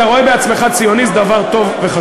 אתה רואה בעצמך ציוני, זה טוב וחשוב,